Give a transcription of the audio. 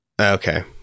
okay